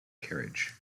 carriage